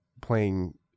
playing